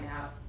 out